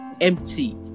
empty